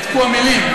נעתקו המילים.